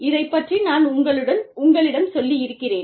இதைப் பற்றி நான் உங்களிடம் சொல்லியிருக்கிறேன்